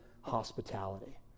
hospitality